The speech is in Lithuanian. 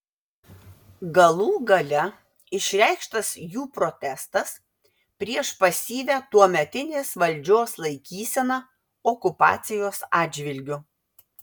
galų gale išreikštas jų protestas prieš pasyvią tuometinės valdžios laikyseną okupacijos atžvilgiu